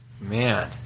Man